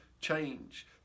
change